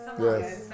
Yes